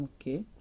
Okay